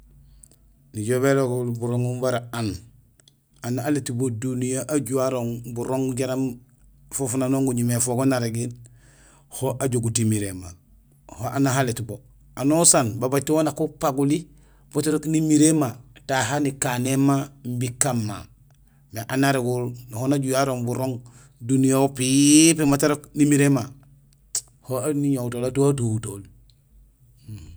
Nijool bélobul buroŋoom bara aan; aléét bo duniya hajuhé arooŋ burooŋ jaraam fofunuk nang guñumé éfogool narégiil ho ajogut émiréma. Ho aan hahu alét bo; anusaan babaaj to wan nak upaguli boot érok nimiréma taha nikanéém ma imbi kan ma. Nang arogul ho najuhé arooŋ burooŋ duniyahool pépé mat arok nimiréma, ho iñowutol; atuhee atuhutool.